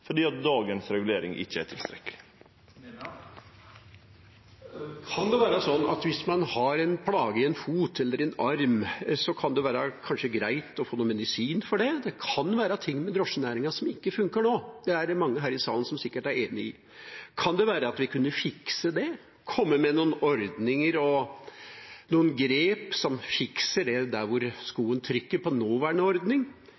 fordi det må til, fordi reguleringa i dag ikkje er tilstrekkeleg. Kan det være sånn at hvis man har en plage i en fot eller i en arm, kan det kanskje være greit å få medisin for det? Det kan være ting med drosjenæringen som ikke funker nå. Det er det sikkert mange her i salen som er enig i. Kan det være at vi kunne fikse det, komme med noen ordninger og grep som fikser det der